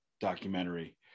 documentary